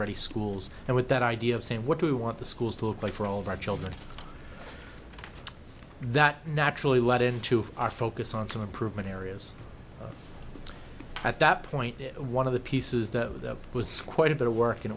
ready schools and with that idea of saying what we want the schools to look like for all of our children that naturally led into our focus on some improvement areas at that point one of the pieces that was quite a bit of work and